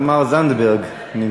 חברת הכנסת תמר זנדברג נמצאת?